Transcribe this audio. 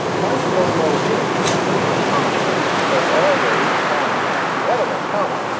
mike volo is karma as always. karma the editor karma.